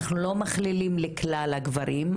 אנחנו לא מכלילים לכלל הגברים,